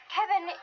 Kevin